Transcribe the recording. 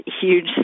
huge